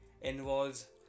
involves